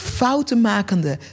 foutenmakende